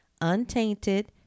untainted